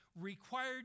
required